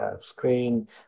screen